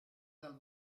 dal